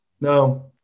no